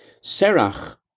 Serach